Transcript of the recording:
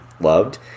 loved